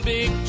Big